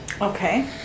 Okay